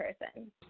person